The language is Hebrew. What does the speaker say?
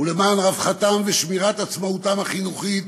ולמען רווחתם ושמירת עצמאותם החינוכית